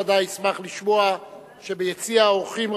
בוודאי ישמח לשמוע שביציע האורחים,